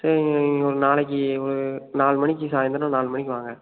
சரி நீங்கள் ஒரு நாளைக்கு ஒரு நாலு மணிக்கு சாய்ந்திரம் நாலு மணிக்கு வாங்க